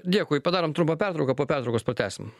dėkui padarom trumpą pertrauką po pertraukos pratęsim